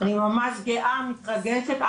אני ממש מתגאה ומתרגשת,